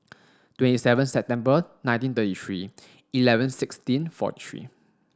twenty seven September nineteen thirty three eleven sixteen four three